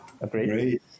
Agreed